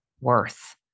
worth